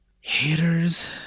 haters